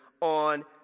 on